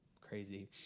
crazy